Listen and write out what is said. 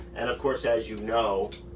and of course, as you know,